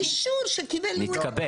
צריך לקבל אישור שקיבל את הבקשה.